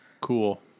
Cool